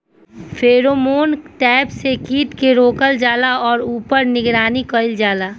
Pheromone trap से कीट के रोकल जाला और ऊपर निगरानी कइल जाला?